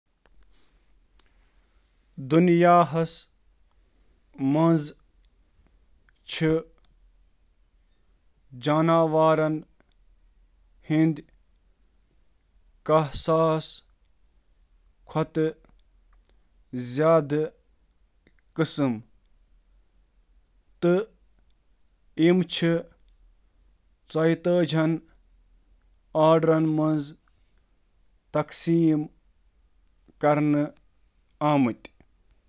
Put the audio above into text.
سائنسدانن ہنٛد اندازٕ چُھ زِ شاید چِھ, نو ساس ٲٹھ ہتھ, کھوتہٕ زیادٕ معلوم قسمک پرندٕ